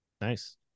Nice